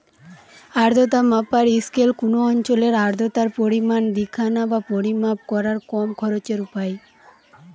আর্দ্রতা মাপার স্কেল কুনো অঞ্চলের আর্দ্রতার পরিমাণ দিখানা বা পরিমাপ কোরার কম খরচের উপায়